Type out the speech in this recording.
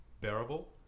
bearable